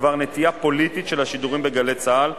בדבר נטייה פוליטית של השידורים ב"גלי צה"ל"